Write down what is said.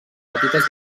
petites